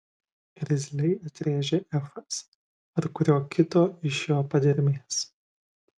irzliai atrėžė efas ar kurio kito iš jo padermės